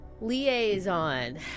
Liaison